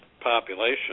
population